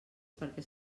perquè